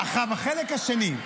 עכשיו לחלק השני.